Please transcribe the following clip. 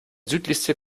südlichste